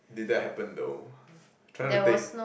did that happen though trying to think